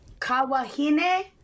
Kawahine